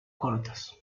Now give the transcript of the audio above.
cortos